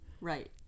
Right